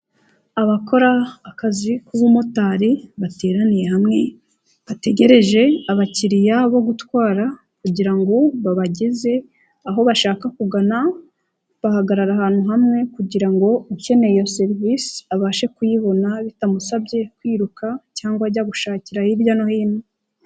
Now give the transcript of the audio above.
Abakora akazi k'ubumotari, bateraniye hamwe, bategereje abakiliya bo gutwara, kugira ngo babageze aho bashaka kugana, bahagarara ahantu hamwe, kugira ngo ukeneye iyo serivisi, abashe kuyibona bitamusabye kwiruka cyangwa ajya gushakira hirya no hino.